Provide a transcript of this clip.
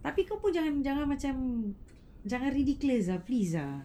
tapi kau pun jangan jangan macam jangan ridiculous ah please lah